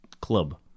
club